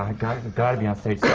i gotta be on stage